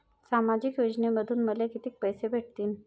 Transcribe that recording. सामाजिक योजनेमंधून मले कितीक पैसे भेटतीनं?